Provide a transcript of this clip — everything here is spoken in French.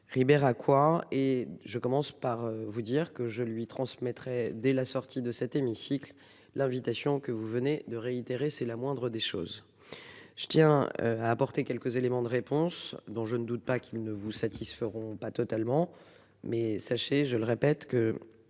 Ribeira quoi et je commence par vous dire que je lui transmettrai dès la sortie de cet hémicycle l'invitation que vous venez de réitérer. C'est la moindre des choses. Je tiens à apporter quelques éléments de réponse dont je ne doute pas qu'il ne vous satisferont pas totalement mais sachez, je le répète, que